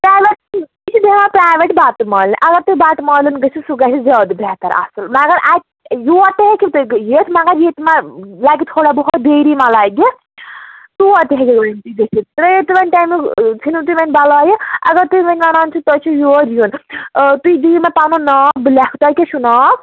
private تہِ یہِ چھِ بیٚہوان پرٛایویٹ بَٹہٕ مالِنہِ اگر تُہۍ بَٹہٕ مالیُن گٔژھِو سُہ گژھِ زیادٕ بہتر اَصٕل مگر اَتہِ یور تہِ ہٮ۪کِو تُہۍ یِتھ مگر ییٚتہِ ما لَگہِ تھوڑا بہت دیری ما لَگہِ تور تہِ ہٮ۪کِو تُہۍ گٔژھِتھ ترٛٲیِو تُہۍ وۅنۍ تَمیُک ژھُنِو تُہۍ وۅنۍ بلاے اگر تُہۍ وۅنۍ وَنان چھُو تۄہہِ چھُوٕ یور یُن تُہۍ دِیُو مےٚ پَنُن ناو بہٕ لیکھٕ تۄہہِ کیٛاہ چھُو ناو